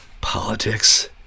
politics